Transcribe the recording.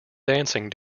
dancing